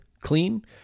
clean